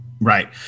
Right